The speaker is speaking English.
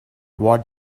what